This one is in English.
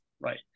Right